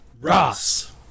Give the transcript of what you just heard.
Ross